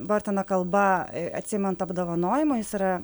bortano kalba atsiimant apdovanojimą jis yra